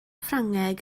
ffrangeg